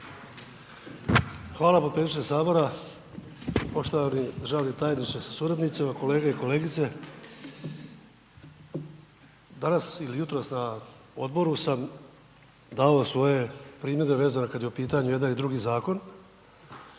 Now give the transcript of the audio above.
Hvala podpredsjedniče Sabora, poštovani državni tajniče sa suradnicima, kolege i kolegice. Danas ili jutros na Odboru sam dao svoje primjedbe vezano kad je u pitanju jedan i drugi Zakon,